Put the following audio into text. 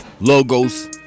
Logos